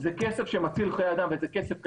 זה כסף שמציל חיי אדם וזה כסף קטן,